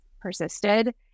persisted